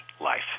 life